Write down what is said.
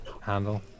handle